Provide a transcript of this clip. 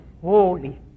holy